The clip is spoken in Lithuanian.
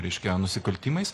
reiškia nusikaltimais